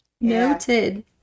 Noted